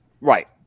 Right